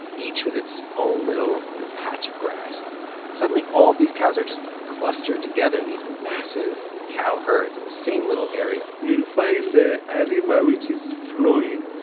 each with its own little, you know, patch of grass suddenly, all these cows are just clustered together in these massive cow herds in this same little area you'll find a river which is flowing.